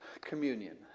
communion